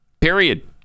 Period